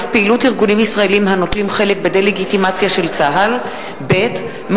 חוקיים, בין ישראל ביתנו לש"ס.